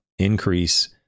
increase